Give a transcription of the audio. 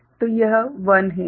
तो यह 1 है